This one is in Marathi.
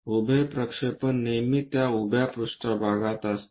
उभे प्रक्षेपण नेहमी त्या उभ्या पृष्ठभागात असते